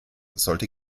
sollte